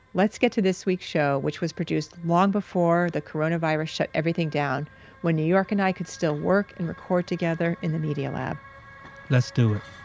let's get to this week's show, which was produced long before the coronavirus shut everything down when new york and i could still work and record together in the media lab let's do it.